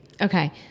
Okay